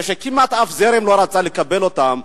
כשכמעט אף זרם לא רצה לקבל אותם,